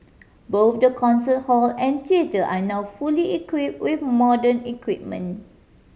both the concert hall and theatre are now fully equipped with modern equipment